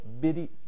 bitty